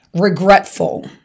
regretful